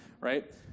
right